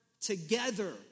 together